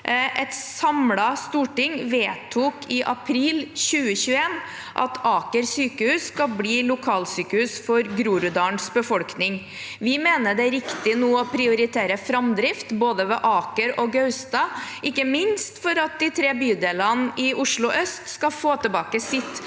Et samlet storting vedtok i april 2021 at Aker sykehus skal bli lokalsykehus for Groruddalens befolkning. Vi mener det nå er riktig å prioritere framdrift, både ved Aker og Gaustad, ikke minst for at de tre bydelene i Oslo øst skal få tilbake sitt